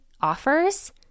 offers